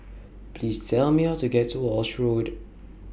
Please Tell Me How to get to Walshe Road